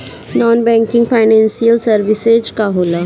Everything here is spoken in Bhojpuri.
नॉन बैंकिंग फाइनेंशियल सर्विसेज का होला?